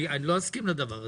אני לא אסכים לדבר הזה.